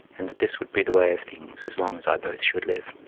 and that this would be the way of things as long as i both should live.